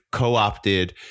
co-opted